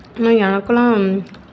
ஆனால் எனக்கெல்லாம்